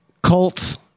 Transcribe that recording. colts